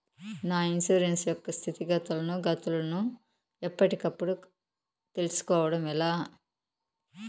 నా ఇన్సూరెన్సు యొక్క స్థితిగతులను గతులను ఎప్పటికప్పుడు కప్పుడు తెలుస్కోవడం ఎలా?